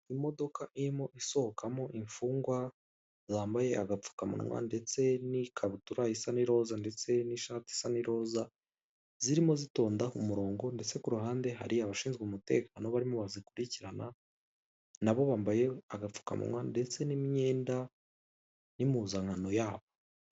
Imodoka irimo isohokamo imfungwa zambaye agapfukamunwa, ndetse n'ikabutura isa n'iroza ndetse n'ishati isa n'iroza, zirimo zitonda umurongo ndetse ku ruhande hari abashinzwe umutekano barimo bazikurikirana, nabo bambaye agapfukamunwa ndetse n'imyenda y'impuzankano yabo.